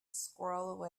squirrel